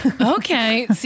okay